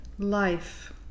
Life